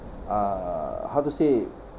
uh how to say